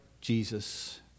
Jesus